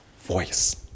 voice